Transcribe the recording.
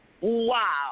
Wow